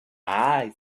eyes